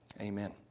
amen